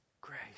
Grace